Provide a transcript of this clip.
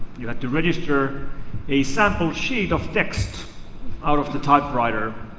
you had to register a sample sheet of text out of the typewriter.